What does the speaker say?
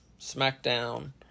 SmackDown